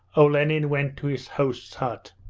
olenin went to his hosts' hut.